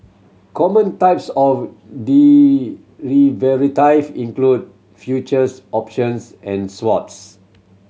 common types of include futures options and swaps